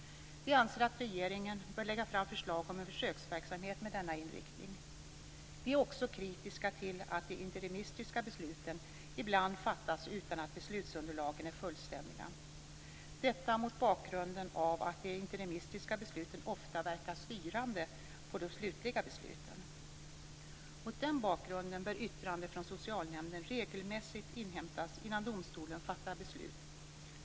Vi anser att regeringen bör lägga fram ett förslag om försöksverksamhet med denna inriktning. Vi är också kritiska till att de interimistiska besluten ibland fattas utan att beslutsunderlagen är fullständiga - detta mot bakgrund av att de interimistiska besluten ofta verkar styrande på de slutliga besluten. Med anledning av detta bör yttranden från socialnämnden regelmässigt inhämtas innan domstolen fattar beslut.